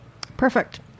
perfect